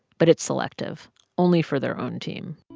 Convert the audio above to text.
but it's selective only for their own team